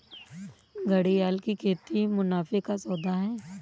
घड़ियाल की खेती मुनाफे का सौदा है